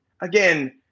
again